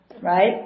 right